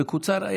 מקוצר,